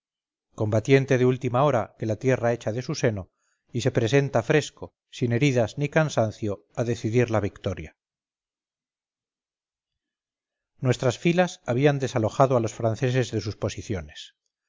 combatiente de última hora que la tierra echa de su seno y se presenta fresco sin heridas ni cansancio a decidir la victoria nuestras filas habían desalojado a los franceses de sus posiciones